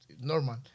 normal